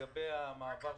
לגבי המעבר,